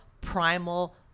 primal